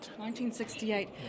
1968